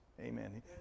Amen